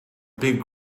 big